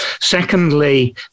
Secondly